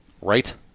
Right